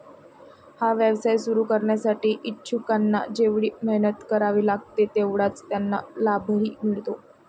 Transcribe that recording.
हा व्यवसाय सुरू करण्यासाठी इच्छुकांना जेवढी मेहनत करावी लागते तेवढाच त्यांना लाभही मिळतो